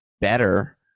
better